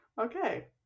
okay